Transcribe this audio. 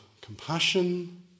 compassion